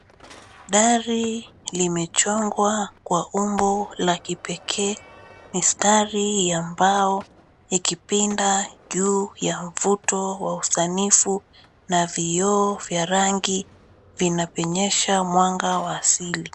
Dari limechongwa kwa umbo la kipekee, mistari ya mbao ikipinda juu ya mvuto wa usanifu na vioo vya rangi vinapenyesha mwanga wa asili.